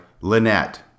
Lynette